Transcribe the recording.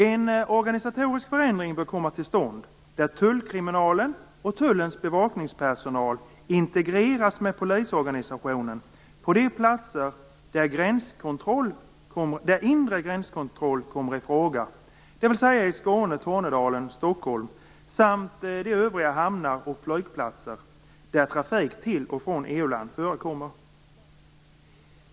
En organisatorisk förändring bör komma till stånd där Tullkriminalen och tullens bevakningspersonal integreras med polisorganisationen på de platser där inre gränskontroll kommer i fråga, dvs. i Skåne, Tornedalen, Stockholm samt de övriga hamnar och flygplatser där trafik till och från EU-land förekommer.